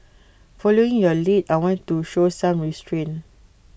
following your lead I want to show some restrain